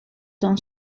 dans